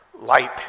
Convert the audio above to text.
light